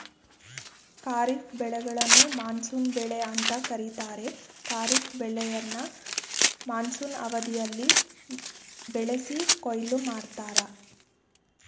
ಖಾರಿಫ್ ಬೆಳೆಗಳನ್ನು ಮಾನ್ಸೂನ್ ಬೆಳೆ ಅಂತ ಕರೀತಾರೆ ಖಾರಿಫ್ ಬೆಳೆಯನ್ನ ಮಾನ್ಸೂನ್ ಅವಧಿಯಲ್ಲಿ ಬೆಳೆಸಿ ಕೊಯ್ಲು ಮಾಡ್ತರೆ